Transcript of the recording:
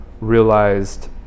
realized